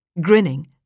Grinning